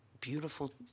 beautiful